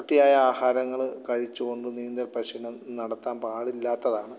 കട്ടിയായ ആഹാരങ്ങൾ കഴിച്ചുകൊണ്ട് നീന്തൽ പരിശീലനം നടത്താൻ പാടില്ലാത്തതാണ്